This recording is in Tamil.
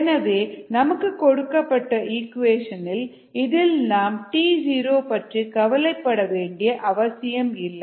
எனவே 1lnxx0t0t இதில் நாம் t0 பற்றி கவலைப்பட வேண்டிய அவசியம் இல்லை